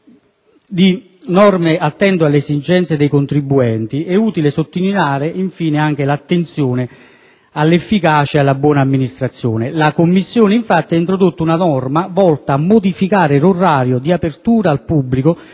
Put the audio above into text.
di norme attento alle esigenze dei contribuenti, è utile sottolineare, infine, anche l'attenzione all'efficacia e alla buona amministrazione. La Commissione, infatti, ha introdotto una norma volta a modificare l'orario di apertura al pubblico